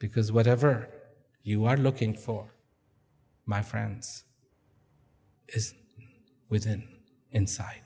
because whatever you are looking for my friends is within inside